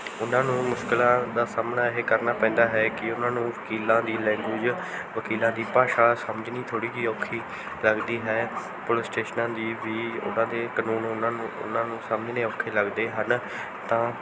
ਉਹਨਾਂ ਨੂੰ ਮੁਸ਼ਕਿਲਾਂ ਦਾ ਸਾਹਮਣਾ ਇਹ ਕਰਨਾ ਪੈਂਦਾ ਹੈ ਕਿ ਉਹਨਾਂ ਨੂੰ ਵਕੀਲਾਂ ਦੀ ਲੈਂਗੁਏਜ ਵਕੀਲਾਂ ਦੀ ਭਾਸ਼ਾ ਸਮਝਣੀ ਥੋੜ੍ਹੀ ਜਿਹੀ ਔਖੀ ਲੱਗਦੀ ਹੈ ਪੁਲਿਸ ਸਟੇਸ਼ਨਾਂ ਦੀ ਵੀ ਉਹਨਾਂ ਦੇ ਕਾਨੂੰਨ ਉਹਨਾਂ ਨੂੰ ਉਹਨਾਂ ਨੂੰ ਸਮਝਣੇ ਔਖੇ ਲੱਗਦੇ ਹਨ ਤਾਂ